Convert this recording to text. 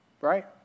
right